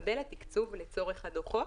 מקבלת תקצוב לצורך הדוחות,